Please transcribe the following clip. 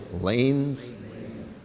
lanes